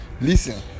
listen